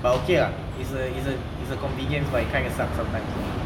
but okay ah it's a it's a it's a convenience but it kinda sucks sometimes